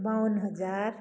बाउन हजार